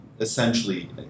Essentially